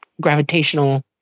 gravitational